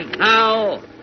Now